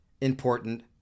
important